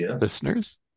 listeners